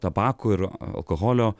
tabako ir alkoholio